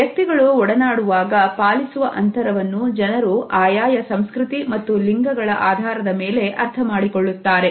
ವ್ಯಕ್ತಿಗಳು ಒಡನಾಡುವಾಗ ಪಾಲಿಸುವ ಅಂತರವನ್ನು ಜನರು ಆಯಾಯ ಸಂಸ್ಕೃತಿ ಮತ್ತು ಲಿಂಗಗಳ ಆಧಾರದ ಮೇಲೆ ಅರ್ಥ ಮಾಡಿಕೊಳ್ಳುತ್ತಾರೆ